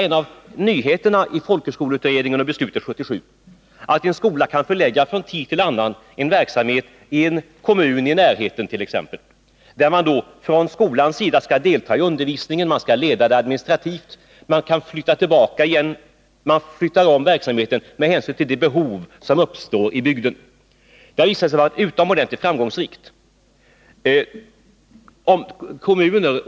En av nyheterna i folkhögskoleutredningen och beslutet 1977 var att en skola från tid till annan kan förlägga en verksamhet exempelvis till en kommuni närheten, där man då från skolans sida skall delta i undervisningen och administrera denna. Man flyttar om verksamheten med hänsyn till de behov som uppstår i bygden. Det har visat sig vara utomordentligt framgångsrikt.